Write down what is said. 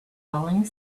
falling